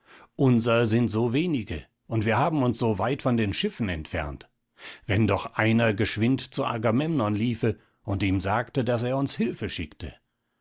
unser sind so wenige und wir haben uns so weit von den schiffen entfernt wenn doch einer geschwind zu agamemnon liefe und ihm sagte daß er uns hilfe schickte